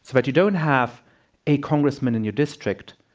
so but you don't have a congressman in your district.